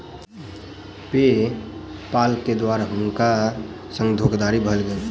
पे पाल के द्वारा हुनका संग धोखादड़ी भ गेल